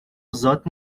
ازاد